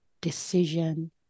decision